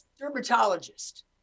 dermatologist